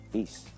Peace